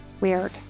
weird